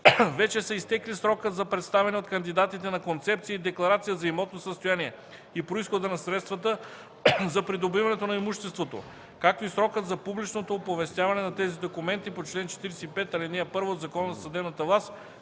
вече са изтекли срокът за представяне от кандидатите на концепция и декларация за имотното състояние и произхода на средствата за придобиването на имуществото, както и срокът за публичното оповестяване на тези документи по чл. 45, ал. 1 от Закона за съдебната власт,